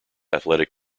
athletic